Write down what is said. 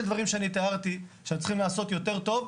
דברים שאני תיארתי שאנחנו צריכים לעשות יותר טוב,